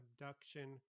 Abduction